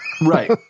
Right